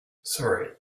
sorry